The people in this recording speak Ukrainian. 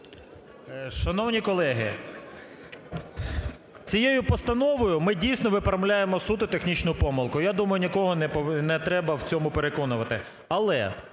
Шановні колеги, цією постановою ми, дійсно, виправляємо суто технічну помилку. Я думаю нікого не треба в цьому переконувати.